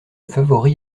favori